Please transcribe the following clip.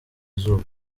izuba